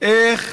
איך